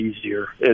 easier